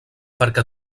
perquè